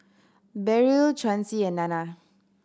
Beryl Chauncy and Nana